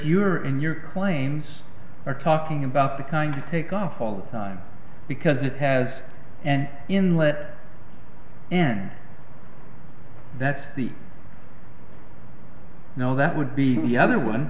you are in your claims are talking about the kind to take off all the time because it has an inlet and that's the no that would be the other one